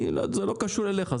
זה לא קשור אליך,